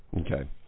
Okay